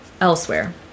elsewhere